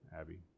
Abby